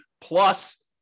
plus